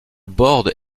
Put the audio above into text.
borde